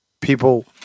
people –